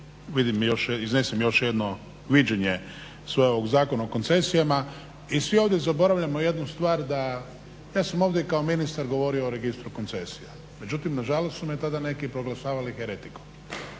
da iznesem još jedno viđenje Zakona o koncesijama i svi ovdje zaboravljamo jednu stvar, ja sam ovdje kao ministar govorio o Registru koncesija, međutim nažalost su me tada neki proglašavali heretikom.